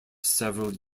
several